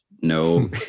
no